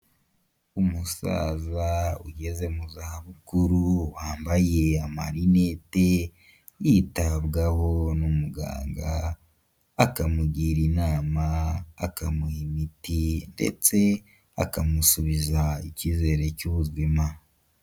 Umusaza ugeze mu zabukuru wambaye amarinete yitabwaho n'umuganga, akamugira inama, akamuha imiti ndetse akamusubiza icyizere cy'ubuzima.